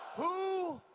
who?